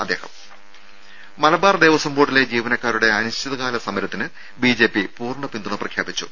രുഭ മലബാർ ദേവസ്വം ബോർഡിലെ ജീവനക്കാരുടെ അനിശ്ചിതകാല സമരത്തിന് ബിജെപി പൂർണ പിന്തുണ പ്രഖ്യാപിച്ചു